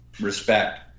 respect